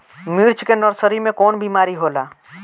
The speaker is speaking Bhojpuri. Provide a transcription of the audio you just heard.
मिर्च के नर्सरी मे कवन बीमारी होला?